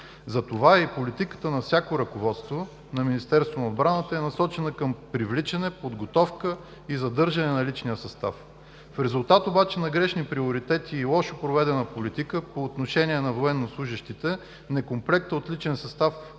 Затова и политиката на всяко ръководство на Министерството на отбраната е насочена към привличане, подготовка и задържане на личния състав. В резултат обаче на грешни приоритети и лошо проведена политика по отношение на военнослужещите некомплектът от личен състав